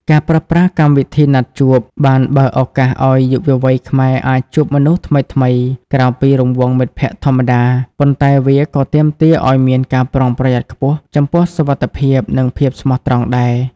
ការប្រើប្រាស់កម្មវិធីណាត់ជួប បានបើកឱកាសឱ្យយុវវ័យខ្មែរអាចជួបមនុស្សថ្មីៗក្រៅពីរង្វង់មិត្តភក្ដិធម្មតា ប៉ុន្តែវាក៏ទាមទារឱ្យមានការប្រុងប្រយ័ត្នខ្ពស់ចំពោះសុវត្ថិភាព និងភាពស្មោះត្រង់ដែរ។